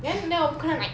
then then 我不可能 like